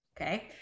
Okay